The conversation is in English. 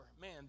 man